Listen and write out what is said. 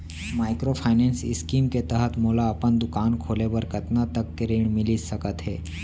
Microfinance scheme के तहत मोला अपन दुकान खोले बर कतना तक के ऋण मिलिस सकत हे?